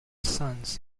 sons